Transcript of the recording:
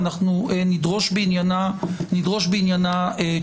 ואנחנו נדרוש בעניינה תשובות.